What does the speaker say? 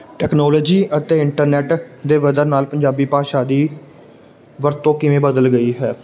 technology ਅਤੇ internet ਦੇ ਵਧਣ ਨਾਲ ਪੰਜਾਬੀ ਭਾਸ਼ਾ ਦੀ ਵਰਤੋਂ ਕਿਵੇਂ ਬਦਲ ਗਈ ਹੈ